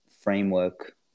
framework